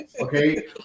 okay